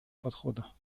подхода